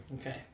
Okay